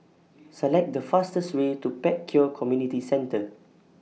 Select The fastest Way to Pek Kio Community Centre